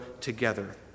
together